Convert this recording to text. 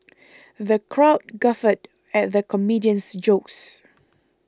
the crowd guffawed at the comedian's jokes